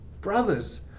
Brothers